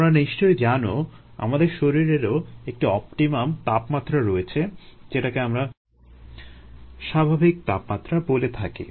তোমরা নিশ্চয়ই জানো আমাদের শরীরেরও একটি অপটিমাম তাপমাত্রা রয়েছে যেটাকে আমরা স্বাভাবিক তাপমাত্রা বলে থাকি